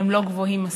לא גבוהים מספיק.